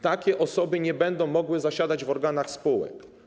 Takie osoby nie będą mogły zasiadać w organach spółek.